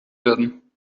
werden